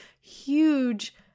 huge